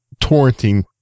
torrenting